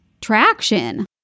traction